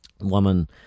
woman